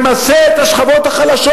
ממסה את השכבות החלשות.